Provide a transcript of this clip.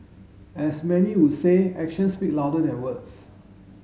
as many would say actions speak louder than words